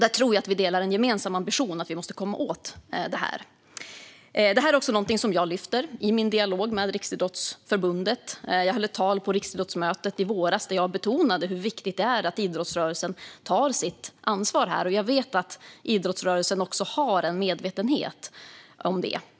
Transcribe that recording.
Jag tror att vi delar ambitionen att vi måste komma åt detta. Det här är något som jag lyfter upp i min dialog med Riksidrottsförbundet. Jag höll ett tal på riksidrottsmötet i våras där jag betonade hur viktigt det är att idrottsrörelsen tar sitt ansvar. Jag vet att idrottsrörelsen har en medvetenhet om detta.